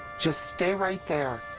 just stay right there!